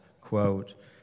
quote